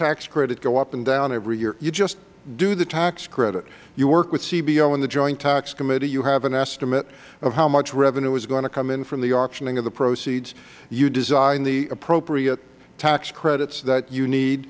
tax credit go up and down every year you just do the tax credit you work with cbo and the joint tax committee you have an estimate of how much revenue is going to come in from the auctioning of the proceeds you design the appropriate tax credits that you